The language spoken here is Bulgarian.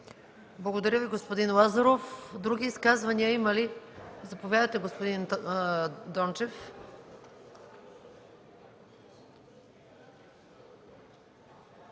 Благодаря Ви, господин Лазаров. Има ли други изказвания? Заповядайте, господин Дончев.